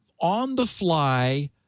on-the-fly